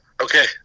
Okay